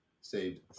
saved